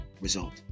result